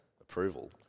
approval